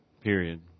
Period